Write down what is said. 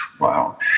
wow